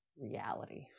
reality